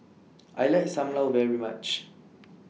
I like SAM Lau very much